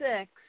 six